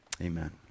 Amen